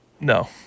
no